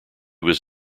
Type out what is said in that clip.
was